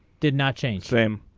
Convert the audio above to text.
did not change them.